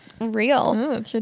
real